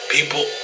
People